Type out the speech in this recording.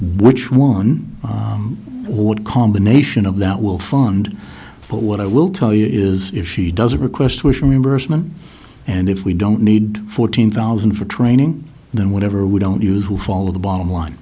which one what combination of that will fund but what i will tell you is if she doesn't request which members and if we don't need fourteen thousand for training then whatever we don't use who follow the bottom line